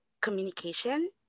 communication